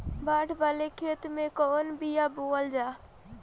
बाड़ वाले खेते मे कवन बिया बोआल जा?